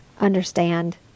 understand